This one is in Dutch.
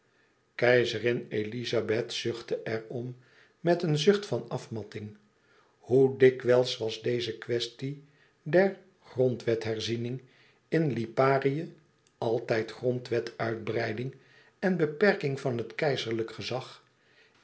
keizerin elizabeth zuchtte er om met een zucht van afmatting hoe dikwijls was deze quaestie van grondwetherziening in liparië altijd grondwetuitbreiding en beperking van het keizerlijk gezag